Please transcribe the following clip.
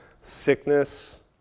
sickness